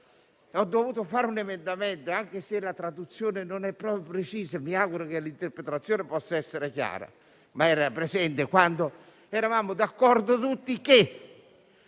Ho dovuto presentare un emendamento e, anche se la traduzione non è proprio precisa, mi auguro che l'interpretazione possa essere chiara. Era presente quando eravamo d'accordo tutti sul